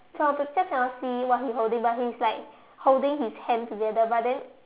so the cats cannot see what he holding but he's like holding his hand together but then